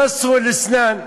כסרו אל-אסנאן,